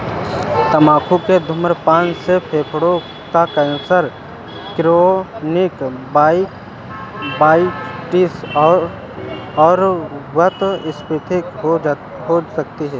तंबाकू के धूम्रपान से फेफड़ों का कैंसर, क्रोनिक ब्रोंकाइटिस और वातस्फीति हो सकती है